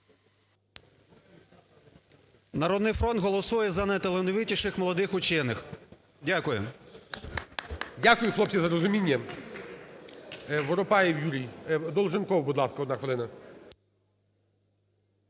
"Народний фронт" голосує за найталановитіших молодих вчених. Дякуємо. ГОЛОВУЮЧИЙ. Дякую, хлопці, за розуміння. ВоропаєвЮрій.Долженков, будь ласка, 1 хвилина.